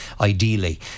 ideally